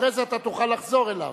אחרי זה תוכל לחזור אליו.